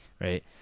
right